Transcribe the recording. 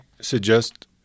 suggest